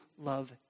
love